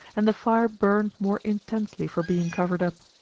and the fire burned more intensely for being covered up.